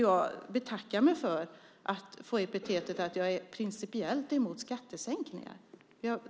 Jag betackar mig för att få epitetet att jag är principiellt emot skattesänkningar.